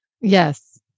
Yes